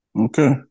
Okay